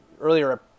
earlier